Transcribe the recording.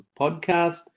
podcast